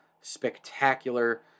spectacular